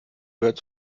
gehört